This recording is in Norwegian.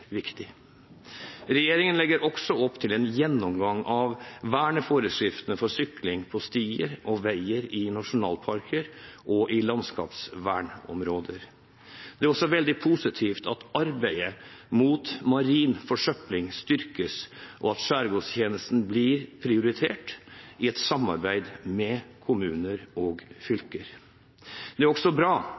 viktig. Regjeringen legger også opp til en gjennomgang av verneforskriftene for sykling på stier og veier i nasjonalparker og i landskapsvernområder. Det er også veldig positivt at arbeidet mot marinforsøpling styrkes, og at Skjærgårdstjenesten blir prioritert i et samarbeid med kommuner og fylker. Det er også bra